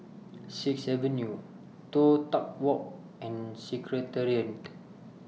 Sixth Avenue Toh Tuck Walk and Secretariat